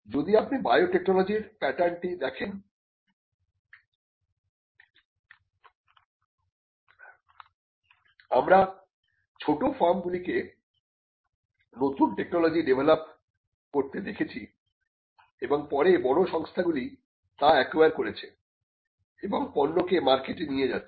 যদি আপনি বায়োটেকনোলজির প্যাটার্নটি দেখেন আমরা ছোট ফার্মগুলিকে নতুন টেকনোলজি ডেভেলপ করতে দেখছি এবং পরে বড় সংস্থাগুলি তা একোয়ার করেছে এবং পণ্যকে মার্কেটে নিয়ে যাচ্ছে